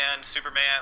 Superman